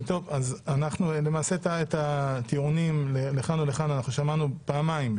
את הטיעונים לכאן ולכאן שמענו פעמיים.